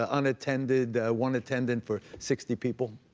ah unattended. one attendant for sixty people.